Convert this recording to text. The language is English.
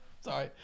Sorry